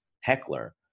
heckler